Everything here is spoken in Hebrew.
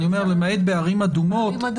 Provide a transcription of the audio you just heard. אני אומר למעט בערים אדומות.